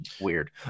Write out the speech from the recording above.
weird